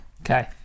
Okay